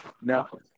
No